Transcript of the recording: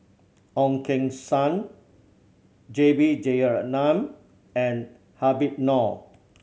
Ong Keng Sen J B Jeyaretnam and Habib Noh